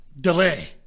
delay